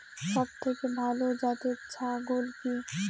সবথেকে ভালো জাতের ছাগল কি?